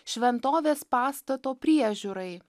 šventovės pastato priežiūrai